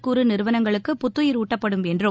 குறு நிறுவனங்களுக்கு புத்துயிரூட்டப்படும் என்றும்